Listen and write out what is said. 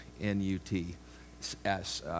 N-U-T-S